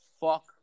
fuck